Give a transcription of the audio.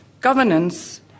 governance